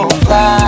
fly